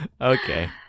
okay